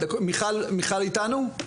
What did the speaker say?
מיכל איתנו?